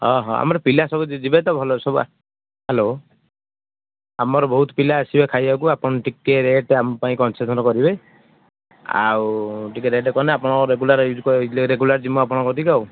ହଁ ହଁ ଆମର ପିଲା ସବୁ ଯିବେ ତ ଭଲରେ ହେଲୋ ଆମର ବହୁତ ପିଲା ଆସିବେ ଖାଇବାକୁ ଆପଣ ଟିକେ ରେଟ୍ ଆମ ପାଇଁ କନ୍ସେସନ୍ କରିବେ ଆଉ ଟିକେ ରେଟ୍ କଲେ ଆପଣଙ୍କର ରେଗୁଲାର ୟୁଜ ରେଗୁଲାର ଯିବୁ ଆପଣଙ୍କ କତିକି ଆଉ